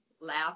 laugh